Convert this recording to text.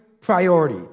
priority